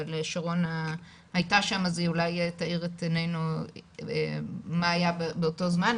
אבל שרונה הייתה שם אז היא אולי תאיר את עינינו מה היה באותו זמן,